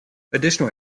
additional